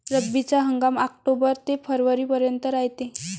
रब्बीचा हंगाम आक्टोबर ते फरवरीपर्यंत रायते